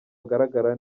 agaragara